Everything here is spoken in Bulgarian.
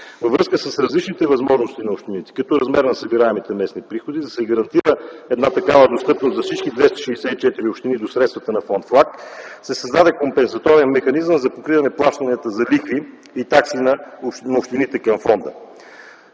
Във връзка с различните възможности на общините като размер на събираемите местни приходи, за да се гарантира една такава достъпна за всички 264 общини до средствата на фонд ФЛАГ, се създаде компенсаторен механизъм за покриване плащанията за лихви и такси на общините към фонда